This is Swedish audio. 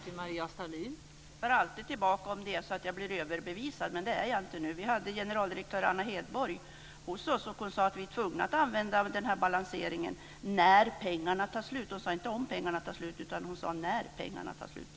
Fru talman! Jag tar alltid tillbaka saker som jag har sagt om jag blir överbevisad. Men det är jag inte nu. Vi hade generaldirektör Anna Hedborg hos oss, och hon sade att vi är tvungna att använda den här balanseringen när pengarna tar slut. Hon sade inte om pengarna tar slut utan när pengarna tar slut.